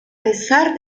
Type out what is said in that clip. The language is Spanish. pesar